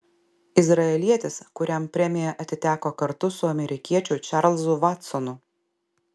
izraelietis kuriam premija atiteko kartu su amerikiečiu čarlzu vatsonu